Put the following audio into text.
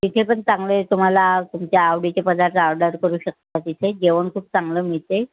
तिथे पण चांगले तुम्हाला तुमच्या आवडीचे पदार्थ ऑर्डर करू शकता तिथे जेवण खूप चांगले मिळते